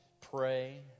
pray